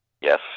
Yes